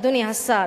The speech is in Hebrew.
אדוני השר,